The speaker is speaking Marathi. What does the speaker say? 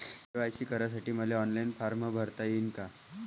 के.वाय.सी करासाठी मले ऑनलाईन फारम भरता येईन का?